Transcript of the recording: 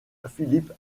philippe